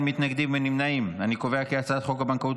ההצעה להעביר את הצעת חוק הצעת חוק הבנקאות